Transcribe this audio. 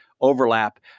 overlap